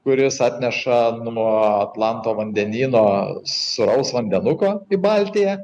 kuris atneša nuo atlanto vandenyno sūraus vandenuko į baltiją